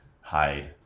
hide